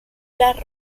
las